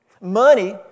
Money